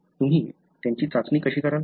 तुम्ही त्यांची चाचणी कशी कराल